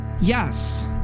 Yes